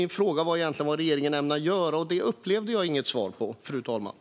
Min fråga var egentligen vad regeringen ämnar göra, men den frågan fick jag inget svar på, fru talman.